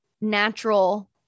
natural